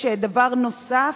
יש דבר נוסף,